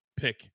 Pick